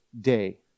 day